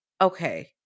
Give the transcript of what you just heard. Okay